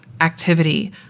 activity